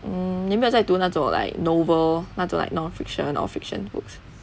mm 你不要再读那种 like novel 那种 like non-fiction non-fiction books